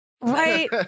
Right